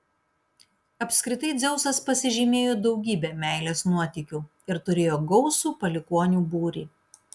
apskritai dzeusas pasižymėjo daugybe meilės nuotykių ir turėjo gausų palikuonių būrį